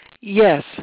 Yes